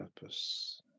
purpose